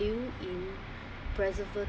value in preserving